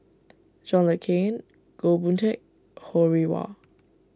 John Le Cain Goh Boon Teck Ho Rih Hwa